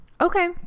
okay